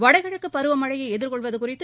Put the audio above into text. வடகிழக்குப் பருவமழையை எதிர்கொள்வது குறித்து